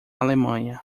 alemanha